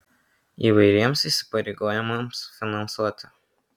įvairiems įsipareigojimams finansuoti